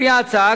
לפי ההצעה,